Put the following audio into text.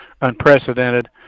unprecedented